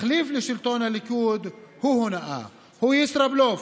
כתחליף לשלטון הליכוד הוא הונאה, הוא ישראבלוף.